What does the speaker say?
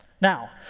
Now